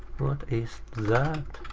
what is that?